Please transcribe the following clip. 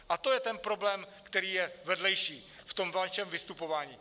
A to je ten problém, který je vedlejší v tom vašem vystupování.